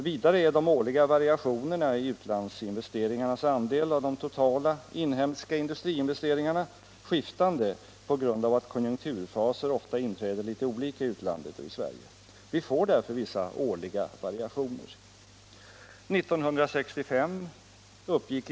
Vidare är de årliga variationerna i utlandsinvesteringarnas andel av de totala inhemska industriinvesteringarna skiftande på grund av att konjunkturfaser ofta inträder litet olika i utlandet och i Sverige. Vi får därför vissa årliga variationer.